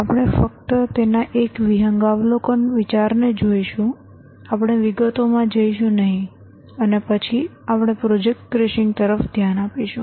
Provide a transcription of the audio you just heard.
આપણે ફક્ત તેના એક વિહંગાવલોકન વિચારને જોઈશું આપણે વિગતોમાં જઈશું નહીં અને પછી આપણે પ્રોજેક્ટ ક્રેશિંગ તરફ ધ્યાન આપીશું